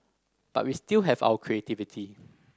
but we still have our creativity